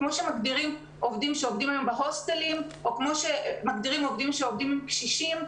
כמו שמגדירים שעובדים היום בהוסטלים או עובדים עם קשישים,